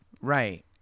Right